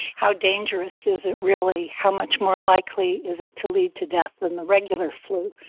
how dangerous is it, really? how much more likely is it to lead to death than the regular flu?